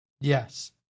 Yes